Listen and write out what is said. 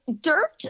dirt